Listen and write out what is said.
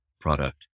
product